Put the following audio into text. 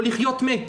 או לחיות מת.